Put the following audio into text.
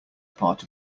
part